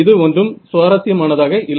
இது ஒன்றும் சுவாரஸ்யமானதாக இல்லை